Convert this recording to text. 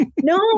No